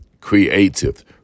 creative